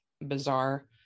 bizarre